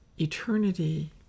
eternity